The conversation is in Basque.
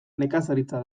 nekazaritza